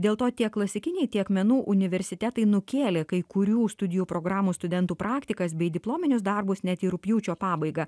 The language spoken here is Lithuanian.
dėl to tiek klasikiniai tiek menų universitetai nukėlė kai kurių studijų programų studentų praktikas bei diplominius darbus net į rugpjūčio pabaigą